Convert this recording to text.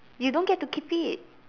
you don't get to keep it